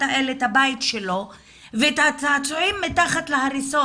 האלה את הבית שלו ואת הצעצועים מתחת להריסות.